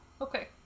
Okay